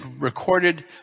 recorded